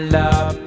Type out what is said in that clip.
love